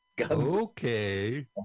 Okay